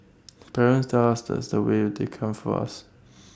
parents tell us that's what they come for us